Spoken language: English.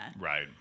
Right